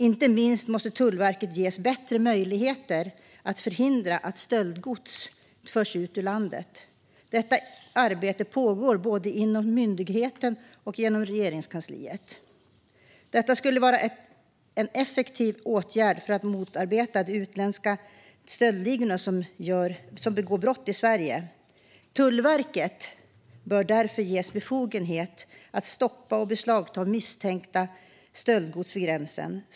Inte minst måste Tullverket ges bättre möjligheter att förhindra att stöldgods förs ut ur landet. Detta arbete pågår både inom myndigheten och inom Regeringskansliet. Detta skulle vara en effektiv åtgärd för att motarbeta de utländska stöldligor som begår brott i Sverige. Tullverket bör därför ges befogenhet att stoppa och beslagta misstänkt stöldgods vid gränsen.